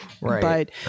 right